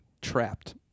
trapped